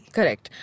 Correct